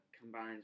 combines